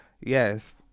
Yes